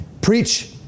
Preach